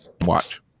watch